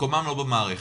מקומם לא במערכת,